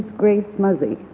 grace muzzey